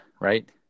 right